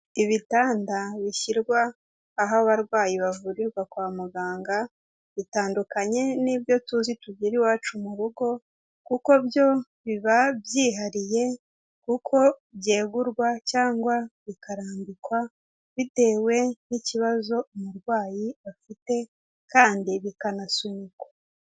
Ibitanda bishyirwa aho abarwayi bavurirwa kwa muganga, bitandukanye n'ibyo tuzi tugira iwacu mu rugo kuko byo biba byihariye kuko byegurwa cyangwa bikarambikwa, bitewe n'ikibazo umurwayi afite kandi bikanasunikwa.